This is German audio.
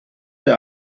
der